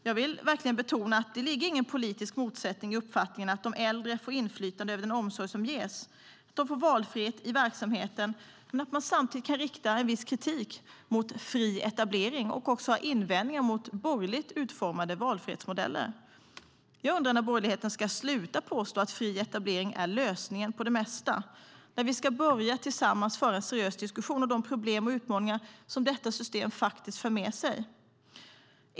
Jag vill verkligen betona att det inte ligger någon politisk motsättning i uppfattningen att de äldre får inflytande över den omsorg som ges och att de får valfrihet i verksamheten. Samtidigt kan man rikta en viss kritik mot fri etablering och också ha invändningar mot borgerligt utformade valfrihetsmodeller. Jag undrar när borgerligheten ska sluta påstå att fri etablering är lösningen på det mesta och när vi tillsammans ska börja föra en seriös diskussion om de problem och utmaningar som detta system faktiskt för med sig.